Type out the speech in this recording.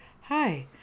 hi